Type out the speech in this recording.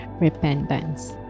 repentance